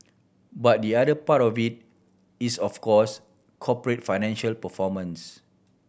but the other part of it is of course corporate financial performance